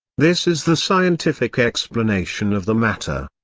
this is the scientific explanation of the matter.